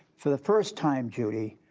for the first time, judy,